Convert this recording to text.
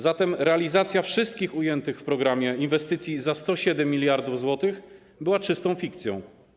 Zatem realizacja wszystkich ujętych w programie inwestycji za 107 mld zł była czystą fikcją.